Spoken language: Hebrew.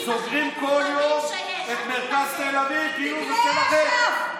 סוגרים כל יום את מרכז תל אביב כאילו זה שלכם.